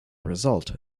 result